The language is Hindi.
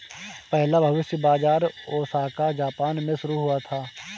पहला भविष्य बाज़ार ओसाका जापान में शुरू हुआ था